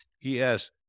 Yes